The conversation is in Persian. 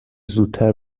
زودتر